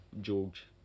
George